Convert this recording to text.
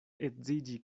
edziĝi